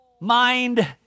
mind